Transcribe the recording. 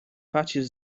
pacierz